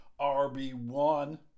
rb1